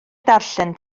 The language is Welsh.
darllen